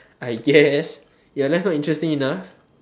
I guess ya that's not interesting enough